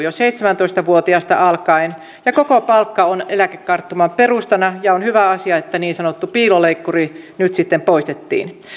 jo seitsemäntoista vuotiaasta alkaen ja koko palkka on eläkekarttuman perustana ja on hyvä asia että niin sanottu piiloleikkuri nyt sitten poistettiin